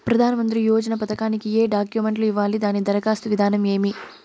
ప్రధానమంత్రి యోజన పథకానికి ఏ డాక్యుమెంట్లు ఇవ్వాలి దాని దరఖాస్తు విధానం ఏమి